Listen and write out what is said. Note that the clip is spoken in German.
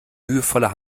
mühevoller